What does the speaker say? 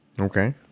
Okay